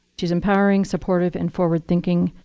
she's empowering, supportive, and forward thinking,